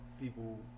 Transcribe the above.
people